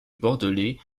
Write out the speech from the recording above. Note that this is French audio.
bordelais